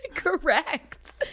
Correct